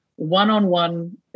one-on-one